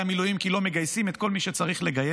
המילואים כי לא מגייסים את כל מי שצריך לגייס,